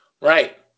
Right